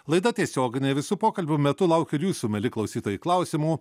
laida tiesioginė visų pokalbių metu laukiu ir jūsų mieli klausytojai klausimų